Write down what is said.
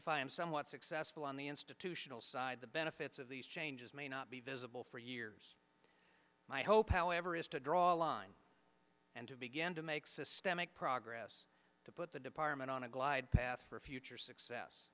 if i am somewhat successful on the institutional side the benefits of these changes may not be visible for years my hope however is to draw a line and to begin to make systemic progress to put the department on a glide path for future success